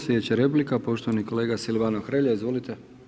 Slijedeća replika, poštovani kolega Silvano Hrelja, izvolite.